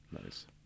Nice